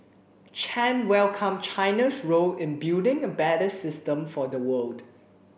chan welcomed China's role in building a better system for the world